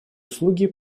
услуги